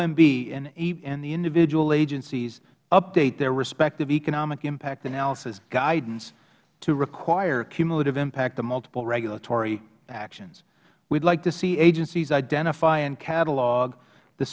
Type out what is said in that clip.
the individual agencies update their respective economic impact analysis guidance to require cumulative impact of multiple regulatory actions we would like to see agencies identify and catalogue the